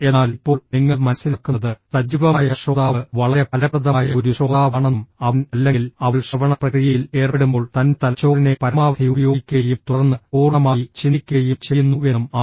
എന്നാൽ ഇപ്പോൾ നിങ്ങൾ മനസ്സിലാക്കുന്നത് സജീവമായ ശ്രോതാവ് വളരെ ഫലപ്രദമായ ഒരു ശ്രോതാവാണെന്നും അവൻ അല്ലെങ്കിൽ അവൾ ശ്രവണ പ്രക്രിയയിൽ ഏർപ്പെടുമ്പോൾ തൻ്റെ തലച്ചോറിനെ പരമാവധി ഉപയോഗിക്കുകയും തുടർന്ന് പൂർണ്ണമായി ചിന്തിക്കുകയും ചെയ്യുന്നുവെന്നും ആണ്